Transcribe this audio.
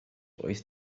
wyth